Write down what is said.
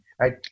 right